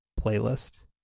playlist